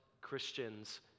Christians